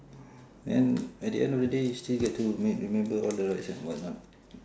then at the end of the day you still get to remember all the rides and whatnot